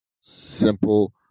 simple